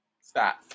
stop